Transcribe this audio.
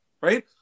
right